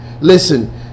listen